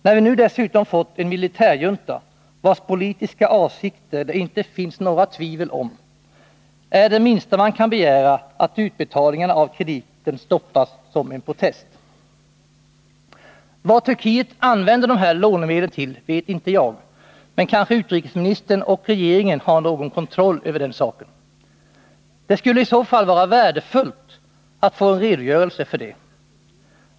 När Turkiet nu dessutom fått en militärjunta, vars politiska avsikter det inte finns något tvivel om, är det minsta man kan begära att utbetalningarna av krediten stoppas som protest. Vad Turkiet använder de här lånemedlen till vet jag inte, men kanske utrikesministern och regeringen har någon kontroll över den saken. Det skulle i så fall vara värdefullt att få en redogörelse för det.